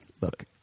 look